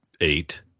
eight